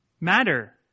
matter